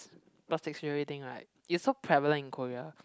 plastic surgery thing right is so prevalent in Korea